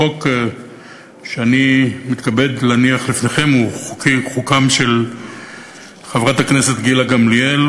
החוק שאני מתכבד להניח לפניכם הוא חוקם של חברי הכנסת גילה גמליאל,